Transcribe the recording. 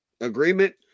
agreement